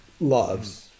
loves